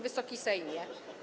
Wysoki Sejmie!